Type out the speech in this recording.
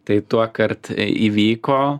tai tuokart įvyko